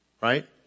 right